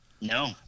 No